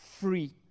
free